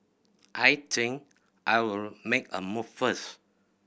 I think I'll make a move first